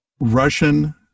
Russian